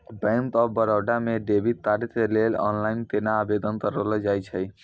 Bank of Baroda मे debit card के लेली आनलाइन केना आवेदन करलो जाय छै?